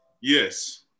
Yes